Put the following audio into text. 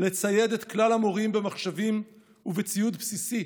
לצייד את כלל המורים במחשבים ובציוד בסיסי